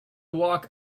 walk